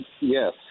yes